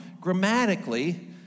grammatically